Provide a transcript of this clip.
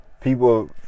people